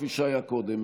כפי שהיה קודם.